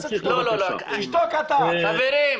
תשתוק אתה, חוצפן.